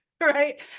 right